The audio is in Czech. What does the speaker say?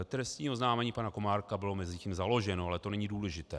Trestní oznámení pana Komárka bylo mezitím založeno, ale to není důležité.